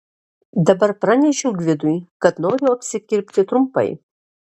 dabar pranešiau gvidui kad noriu apsikirpti trumpai